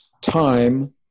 time